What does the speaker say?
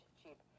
cheap